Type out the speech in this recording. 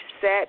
set